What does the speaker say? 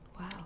Wow